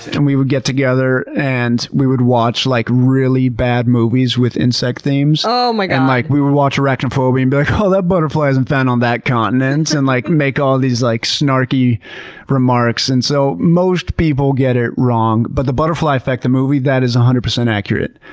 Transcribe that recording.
we would get together and we would watch like really bad movies with insect themes. um like um like we would watch arachnophobia and be like, oh, that butterfly isn't found on that continent! and like make all these like snarky remarks. and so most people get it wrong, but the butterfly effect, the movie, that is one hundred percent accurate.